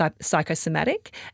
psychosomatic